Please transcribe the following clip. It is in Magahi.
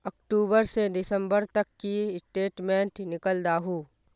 अक्टूबर से दिसंबर तक की स्टेटमेंट निकल दाहू?